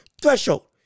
threshold